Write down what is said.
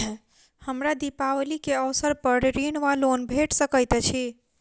हमरा दिपावली केँ अवसर पर ऋण वा लोन भेट सकैत अछि?